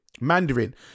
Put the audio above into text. mandarin